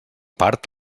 part